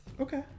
Okay